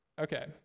Okay